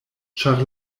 ĉar